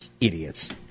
Idiots